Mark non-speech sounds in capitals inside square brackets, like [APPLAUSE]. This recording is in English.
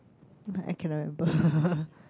but I cannot remember [LAUGHS]